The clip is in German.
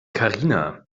karina